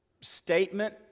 statement